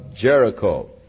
Jericho